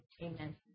Amen